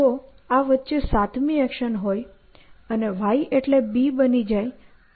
જો આ વચ્ચે સાતમી એક્શન હોય અને y એટલે B બની જાય તો શું થશે